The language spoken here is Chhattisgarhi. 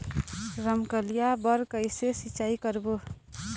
रमकलिया बर कइसे सिचाई करबो?